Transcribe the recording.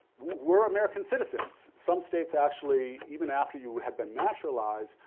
were american citizens. some states actually, even after you had been naturalized,